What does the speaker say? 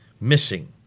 Missing